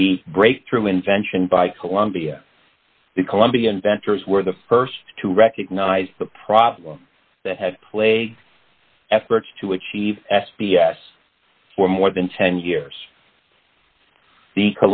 the breakthrough invention by columbia the colombian ventures where the st to recognize the problem that had plagued efforts to achieve s b s for more than ten years the